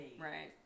right